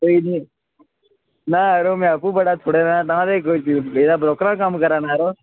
कोई निं में यरो में आपूं बड़ा थुड़ें दा तां ते कोई ब्रोकर दा कम्म करा दा आं यरो